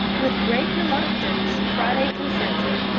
with great reluctance friday consented.